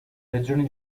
regioni